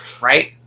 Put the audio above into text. Right